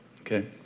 okay